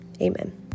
Amen